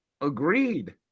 Agreed